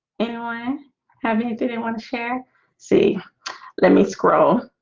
anyway how many didn't want to share see let me scroll